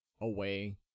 away